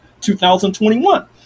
2021